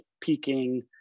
peaking